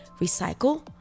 recycle